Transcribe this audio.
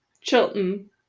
Chilton